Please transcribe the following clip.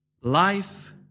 Life